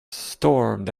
stormed